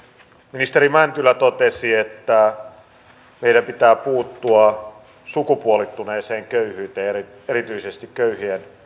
ministeri mäntylä totesi että meidän pitää puuttua sukupuolittuneeseen köyhyyteen erityisesti köyhien